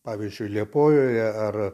pavyzdžiui liepojoje ar